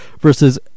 versus